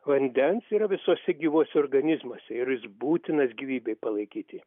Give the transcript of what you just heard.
vandens yra visuose gyvuose organizmuose ir jis būtinas gyvybei palaikyti